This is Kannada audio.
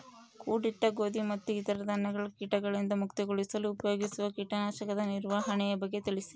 ಕೂಡಿಟ್ಟ ಗೋಧಿ ಮತ್ತು ಇತರ ಧಾನ್ಯಗಳ ಕೇಟಗಳಿಂದ ಮುಕ್ತಿಗೊಳಿಸಲು ಉಪಯೋಗಿಸುವ ಕೇಟನಾಶಕದ ನಿರ್ವಹಣೆಯ ಬಗ್ಗೆ ತಿಳಿಸಿ?